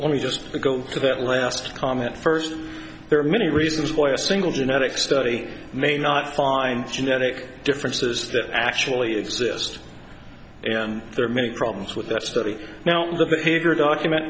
let me just go to that last comment first there are many reasons why a single genetic study may not find genetic differences that actually exist and there are many problems with that study now the behavior